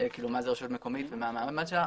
רשות מקומית ומה המעמד שלה.